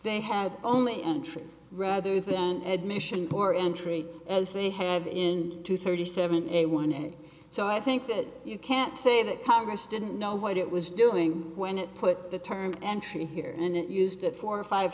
they had only entry rather than admission for entry as they have in two thirty seven a one and so i think that you can't say that congress didn't know what it was doing when it put the term entry here in it used it for five